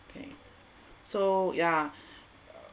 okay so yeah